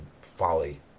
folly